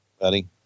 buddy